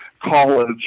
college